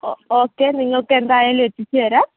ഓ okay നിങ്ങൾക്ക് എന്തായാലും എത്തിച്ചുതരാം